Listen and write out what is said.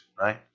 right